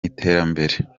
iterambere